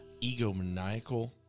egomaniacal